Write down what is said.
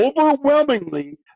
overwhelmingly